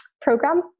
program